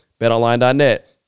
Betonline.net